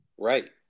Right